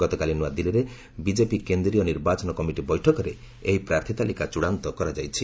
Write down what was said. ଗତକାଲି ନୂଆଦିଲ୍ଲୀରେ ବିଜେପି କେନ୍ଦ୍ରୀୟ ନିର୍ବାଚନ କମିଟି ବୈଠକରେ ଏହି ପ୍ରାର୍ଥୀ ତାଲିକା ଚୂଡ଼ାନ୍ତ କରାଯାଇଛି